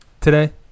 Today